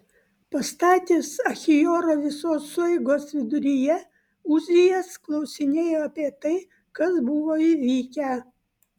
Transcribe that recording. pastatęs achiorą visos sueigos viduryje uzijas klausinėjo apie tai kas buvo įvykę